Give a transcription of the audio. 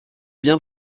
bien